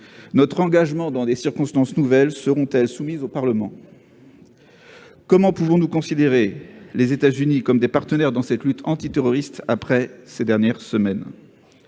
Notre engagement, dans ces circonstances nouvelles, sera-t-il soumis au Parlement ? Comment pouvons-nous considérer les États-Unis comme des partenaires dans la lutte antiterroriste après ces dernières semaines ?